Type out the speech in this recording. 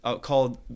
called